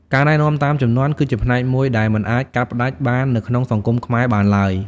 ការណែនាំតាមជំនាន់ គឺជាផ្នែកមួយដែលមិនអាចកាត់ផ្តាច់បាននៅក្នុងសង្គមខ្មែរបានឡើយ។